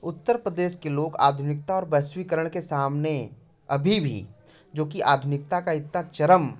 उत्तर प्रदेश के लोग आधुनिकता और वैश्वीकरण के सामने अभी भी जो की आधुनिकता का इतना चरम